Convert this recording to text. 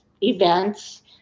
events